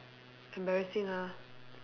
embarrassing ah